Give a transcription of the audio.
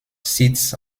sitz